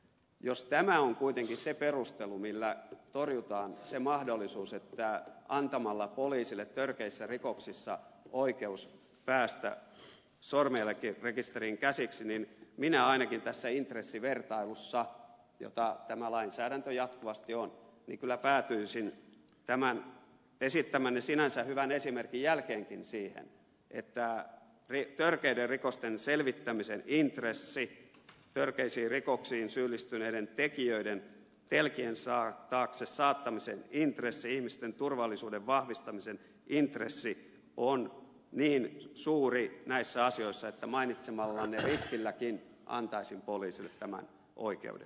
jos tämä on kuitenkin se perustelu millä torjutaan mahdollisuus antaa poliisille törkeissä rikoksissa oikeus päästä sormenjälkirekisteriin käsiksi niin minä ainakin tässä intressivertailussa jota tämä lainsäädäntö jatkuvasti on kyllä päätyisin tämän esittämäni sinänsä hyvän esimerkin jälkeenkin siihen että törkeiden rikosten selvittämisen intressi törkeisiin rikoksiin syyllistyneiden tekijöiden telkien taakse saattamisen intressi ja ihmisten turvallisuuden vahvistamisen intressi on niin suuri näissä asioissa että mainitsemallanne riskilläkin antaisin poliisille tämän oikeuden